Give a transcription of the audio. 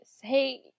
Hey